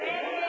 ההצעה